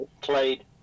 Played